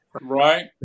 Right